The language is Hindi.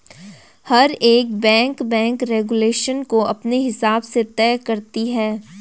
हर एक बैंक बैंक रेगुलेशन को अपने हिसाब से तय करती है